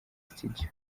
studio